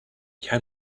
can